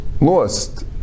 lost